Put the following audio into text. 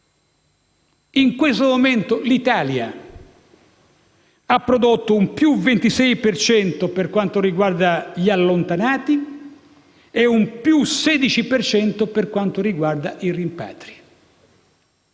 In questo momento l'Italia ha prodotto un più 26 per cento per quanto riguarda gli allontanati e un più 16 per cento per quanto riguarda i rimpatri.